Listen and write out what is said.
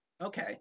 Okay